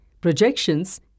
projections